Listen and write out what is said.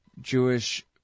Jewish